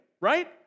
Right